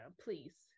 please